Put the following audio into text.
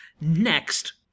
Next